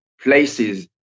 places